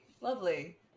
Lovely